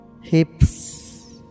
hips